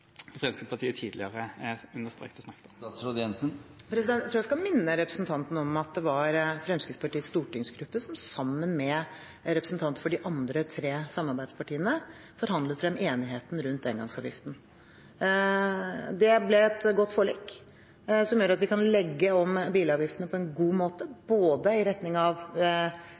Fremskrittspartiet tidligere snakket om? Jeg tror jeg skal minne representanten om at det var Fremskrittspartiets stortingsgruppe som sammen med representanter for de andre tre samarbeidspartiene forhandlet frem enigheten rundt engangsavgiften. Det ble et godt forlik som gjør at vi kan legge om bilavgiftene på en god måte,